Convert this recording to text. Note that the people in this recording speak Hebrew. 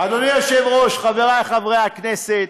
אדוני היושב-ראש, חבריי חברי הכנסת,